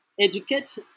Educate